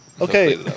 Okay